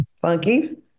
Funky